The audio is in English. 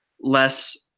less